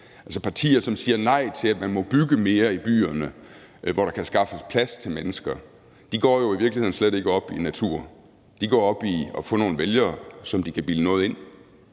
altså de partier, som siger nej til, at man må bygge mere i byerne, hvor der kan skaffes plads til mennesker, i virkeligheden slet ikke går op i naturen. De går op i at få nogle vælgere, som de kan bilde noget ind.